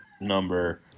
number